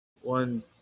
One